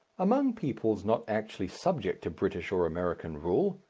among peoples not actually subject to british or american rule,